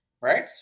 right